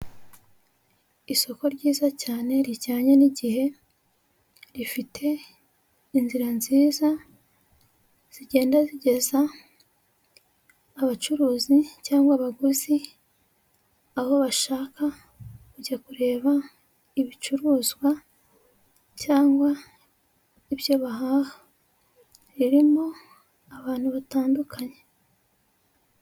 Isoko ryiza cyane rijyanye n'igihe, rifite inzira nziza zigenda zigeza abacuruzi cyangwa abaguzi aho bashaka kujya kureba ibicuruzwa, cyangwa ibyo bahaha. Ririmo abantu batandukanye.